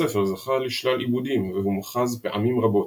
הסיפור זכה לשלל עיבודים והומחז פעמים רבות,